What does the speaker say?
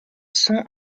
son